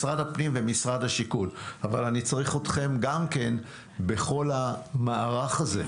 משרד הפנים ומשרד השיכון אבל אני צריך גם אתכם בכל המערך הזה.